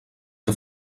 que